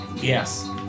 yes